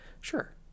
sure